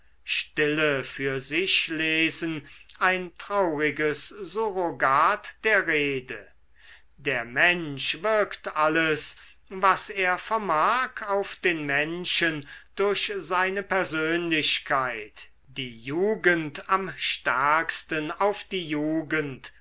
stille für sich lesen ein trauriges surrogat der rede der mensch wirkt alles was er vermag auf den menschen durch seine persönlichkeit die jugend am stärksten auf die jugend